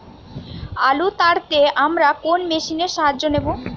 আলু তাড়তে আমরা কোন মেশিনের সাহায্য নেব?